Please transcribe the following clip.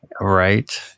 Right